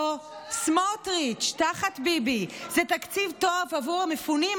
או סמוטריץ' תחת ביבי: זה תקציב טוב עבור המפונים,